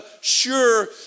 sure